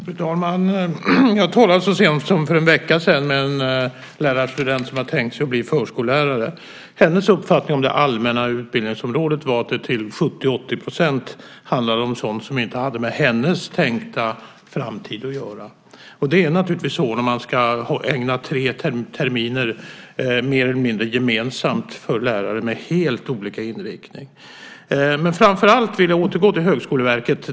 Fru talman! Jag talade så sent som för en vecka sedan med en lärarstudent som har tänkt sig att bli förskollärare. Hennes uppfattning om det allmänna utbildningsområdet var att det till 70-80 % handlade om sådant som inte hade med hennes tänkta framtid att göra. Det är naturligtvis så när man, mer eller mindre gemensamt, ska ägna tre terminer åt ämnen för lärare med helt olika inriktning. Framför allt vill jag återgå till Högskoleverket.